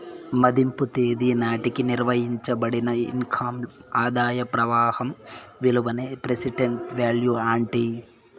మదింపు తేదీ నాటికి నిర్వయించబడిన ఇన్కమ్ ఆదాయ ప్రవాహం విలువనే ప్రెసెంట్ వాల్యూ అంటీ